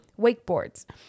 wakeboards